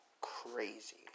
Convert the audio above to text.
crazy